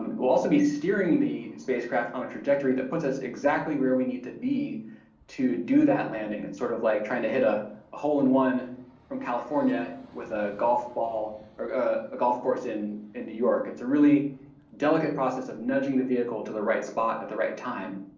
we'll also be steering the spacecraft on a trajectory that puts us exactly where we need to be to do that landing, it's sort of like trying to hit a a hole in one from california with a golf ball or a a golf course in in new york, it's a really delicate process of nudging the vehicle to the right spot at the right time.